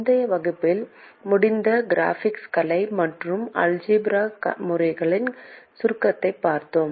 முந்தைய வகுப்பில் முடிந்த க்ராபிகல்வரைகலை மற்றும் அல்ஜெப்ராய்க்இயற்கணித முறைகளின் சுருக்கத்தைப் பார்ப்போம்